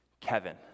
Kevin